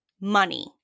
money